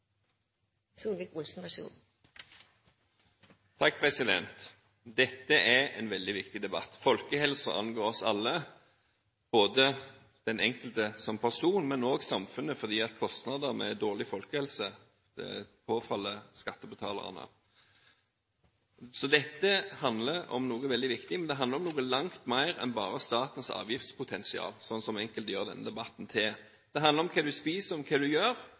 en veldig viktig debatt. Folkehelse angår oss alle, ikke bare den enkelte som person, men også samfunnet, fordi kostnader med dårlig folkehelse påfaller skattebetalerne. Dette handler om noe veldig viktig, og det handler om noe langt mer enn bare statens avgiftspotensial, slik enkelte gjør denne debatten til. Det handler om hva du spiser, om hva du gjør,